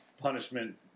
punishment